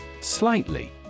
Slightly